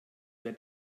wir